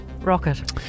rocket